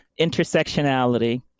intersectionality